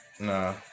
Nah